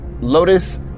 Lotus